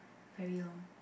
very long